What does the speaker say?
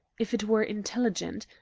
if it were intelligent,